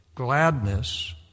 gladness